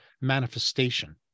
manifestation